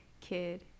kid